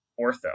ortho